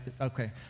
Okay